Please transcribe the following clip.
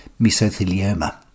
mesothelioma